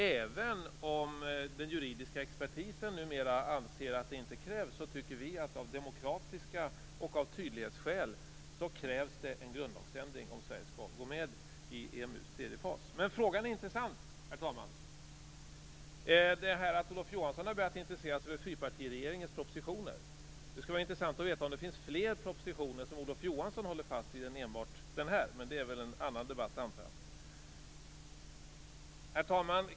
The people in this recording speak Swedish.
Även om den juridiska expertisen numera anser att det inte krävs, tycker vi att det av demokratiska skäl och av tydlighetsskäl krävs en grundlagsändring om Sverige skall gå med i EMU:s tredje fas. Frågan är intressant. Olof Johansson har alltså börjat intressera sig för fyrpartiregeringens propositioner. Det skulle vara intressant att veta om det finns fler propositioner som Olof Johansson håller fast vid utöver just denna, men det är väl en annan debatt. Herr talman!